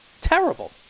Terrible